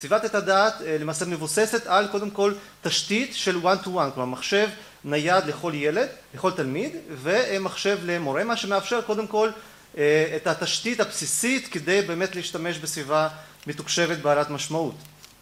סביבת עת הדעת למעשה מבוססת על קודם כל תשתית של one-to-one, כלומר מחשב נייד לכל ילד, לכל תלמיד, ומחשב למורה, מה שמאפשר קודם כל את התשתית הבסיסית כדי באמת להשתמש בסביבה מתוקשבת בעלת משמעות.